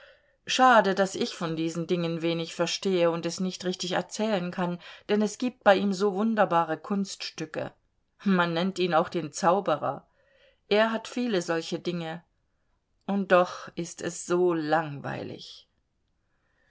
schade daß ich von diesen dingen wenig verstehe und es nicht richtig erzählen kann denn es gibt bei ihm so wunderbare kunststücke man nennt ihn auch einen zauberer er hat viele solche dinge und doch ist es so langweilig